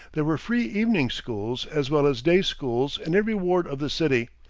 there were free evening schools as well as day schools in every ward of the city,